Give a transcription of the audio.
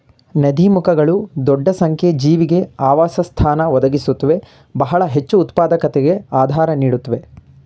ನದೀಮುಖಗಳು ದೊಡ್ಡ ಸಂಖ್ಯೆ ಜೀವಿಗೆ ಆವಾಸಸ್ಥಾನ ಒದಗಿಸುತ್ವೆ ಬಹಳ ಹೆಚ್ಚುಉತ್ಪಾದಕತೆಗೆ ಆಧಾರ ನೀಡುತ್ವೆ